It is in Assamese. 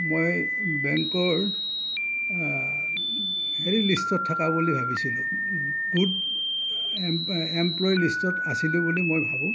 মই বেংকৰ হেৰি লিষ্টত থকা বুলি ভাবিছিলোঁ গুড এম এম্প্লয়ী লিষ্টত আছিলোঁ বুলি মই ভাবোঁ